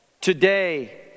Today